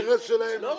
זה אינטרס שלהם לשלוח.